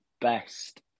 best